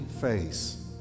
face